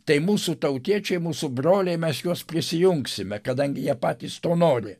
tai mūsų tautiečiai mūsų broliai mes juos prisijungsime kadangi jie patys to nori